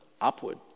Upward